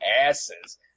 asses